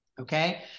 okay